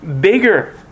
bigger